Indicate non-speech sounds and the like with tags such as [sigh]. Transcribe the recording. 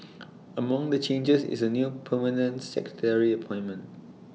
[noise] among the changes is A new permanent secretary appointment